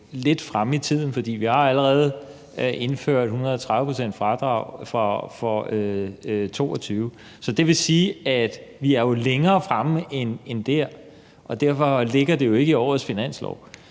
lidt fremme i tiden, for vi har allerede indført et fradrag på 130 pct. for 2022. Det vil sige, at vi jo er længere fremme end det, og derfor ligger det jo ikke i årets finanslovforslag,